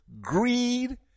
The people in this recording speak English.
greed